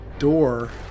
door